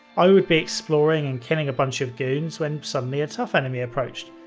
i would be exploring and killing a bunch of goons when suddenly a tough enemy approached.